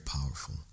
powerful